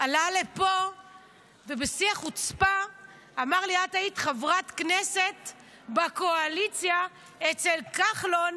עלה לפה ובשיא החוצפה אמר לי: את היית חברת כנסת בקואליציה אצל כחלון,